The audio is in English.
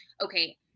okay